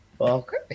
Okay